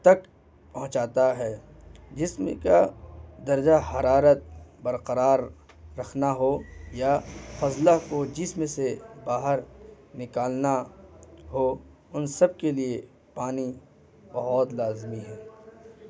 تک پہنچاتا ہے جسم کا درجہ حرارت برقرار رکھنا ہو یا فصلہ کو جسم سے باہر نکالنا ہو ان سب کے لیے پانی بہت لازمی ہے